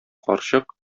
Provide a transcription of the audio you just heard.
карчык